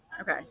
Okay